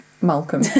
Malcolm